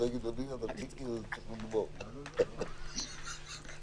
את יידוע הציבור בהיקף הרחב ביותר האפשרי בנסיבות העניין."